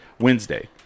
Wednesday